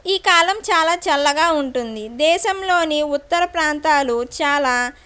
ఈ కాలం చాలా చల్లగా ఉంటుంది దేశంలోని ఉత్తర ప్రాంతాలు చాలా